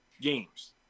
games